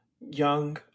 young